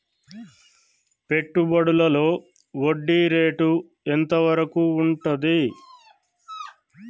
పెట్టుబడులలో వడ్డీ రేటు ఎంత వరకు ఉంటది?